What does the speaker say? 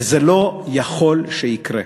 וזה לא יכול שיקרה,